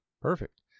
Perfect